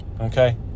Okay